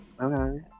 Okay